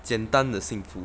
简单的幸福